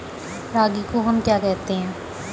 रागी को हम क्या कहते हैं?